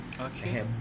Okay